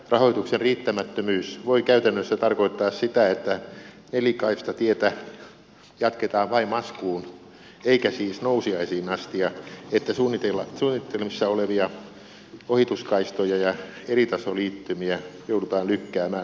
rahoituksen riittämättömyys voi käytännössä tarkoittaa sitä että nelikaistatietä jatketaan vain maskuun eikä siis nousiaisiin asti ja että suunnitelmissa olevia ohituskaistoja ja eritasoliittymiä joudutaan lykkäämään hamaan tulevaisuuteen